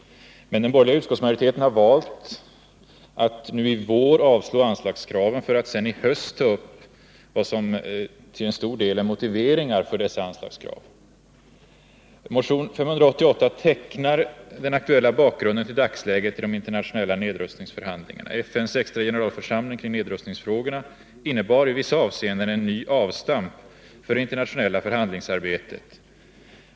Men den borgerliga utskottsmajoriteten har valt att nu i vår avstyrka anslagskraven för att sedan i höst ta upp vad som till stor del är motiveringar för dessa anslagskrav. Motionen 588 tecknar den aktuella bakgrunden till dagsläget i de internationella nedrustningsförhandlingarna. FN:s extra generalförsamling kring nedrustningsfrågorna innebar i vissa avseenden en ny avstamp för det internationella förhandlingsarbetet.